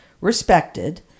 respected